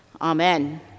Amen